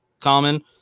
common